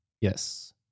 Yes